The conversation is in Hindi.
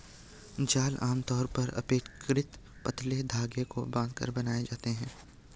जाल आमतौर पर अपेक्षाकृत पतले धागे को बांधकर बनाए जाते हैं